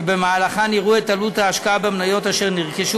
שבמהלכן יראו את עלות ההשקעה במניות אשר נרכשו